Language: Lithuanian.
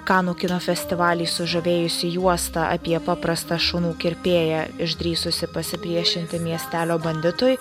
kanų kino festivalį sužavėjusi juosta apie paprastą šunų kirpėją išdrįsusį pasipriešinti miestelio banditui